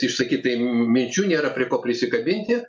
išsakytai minčių nėra prie ko prisikabinti